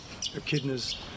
echidnas